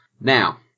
Now